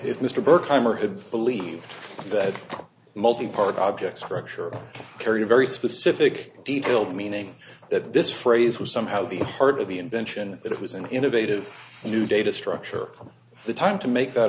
had believed that multipart object structure carried a very specific detail meaning that this phrase was somehow the part of the invention it was an innovative new data structure the time to make that